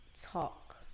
talk